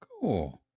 Cool